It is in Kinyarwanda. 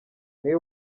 niwe